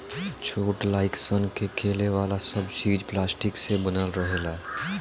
छोट लाइक सन के खेले वाला सब चीज़ पलास्टिक से बनल रहेला